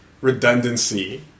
redundancy